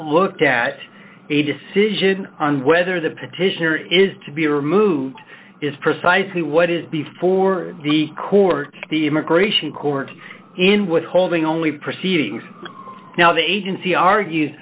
looked at a decision on whether the petitioner is to be removed is precisely what is before the court the immigration court in withholding only proceedings now the agency argues